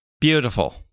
Beautiful